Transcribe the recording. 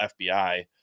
FBI